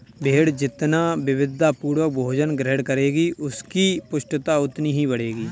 भेंड़ जितना विविधतापूर्ण भोजन ग्रहण करेगी, उसकी पुष्टता उतनी ही बढ़ेगी